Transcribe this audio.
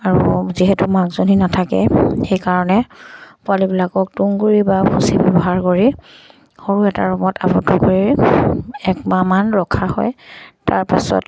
আৰু যিহেতু মাকজনী নাথাকে সেইকাৰণে পোৱালিবিলাকক তুঁহগুৰি বা ভুুচি ব্যৱহাৰ কৰি সৰু এটা ৰুমত আৱদ্ধ কৰি একমাহমান ৰখা হয় তাৰপাছত